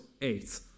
eight